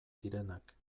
zirenak